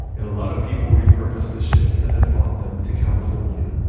and a lot of people repurpose the ships that had brought them to california.